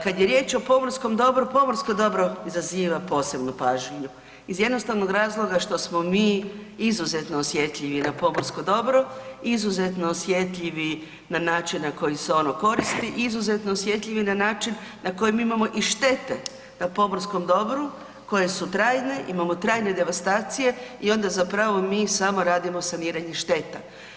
Kad je riječ o pomorskom dobru, pomorsko dobro izaziva posebnu pažnju iz jednostavnog razloga što smo mi izuzetno osjetljivi na pomorsko dobro, izuzetno osjetljivi na način na koji se oni koristi, izuzetno osjetljivi način na koji mi imamo i štete na pomorskom dobru koje su trajne, imamo trajne devastacije i onda zapravo mi samo radimo saniranje šteta.